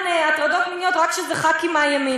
הטרדות מיניות רק כשזה ח"כים מהימין.